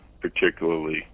particularly